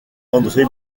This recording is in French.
andré